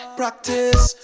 practice